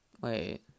wait